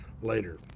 later